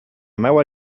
meva